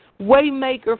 waymaker